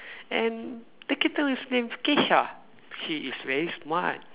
and the kitten his name is Kesha she is very smart